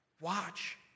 Watch